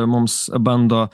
mums bando